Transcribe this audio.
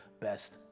best